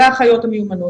אלה האחיות המיומנות,